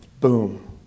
Boom